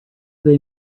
they